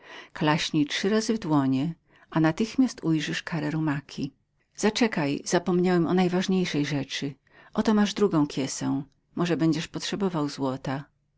klaśnij trzy razy w dłonie a natychmiast ujrzysz karego rumaka zaczekaj zapomniałem o najważniejszej rzeczy oto masz drugą kiesę może będziesz potrzebował złota